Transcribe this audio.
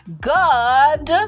God